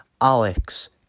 Alex